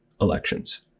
elections